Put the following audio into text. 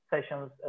sessions